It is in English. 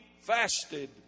fasted